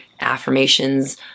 affirmations